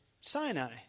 Sinai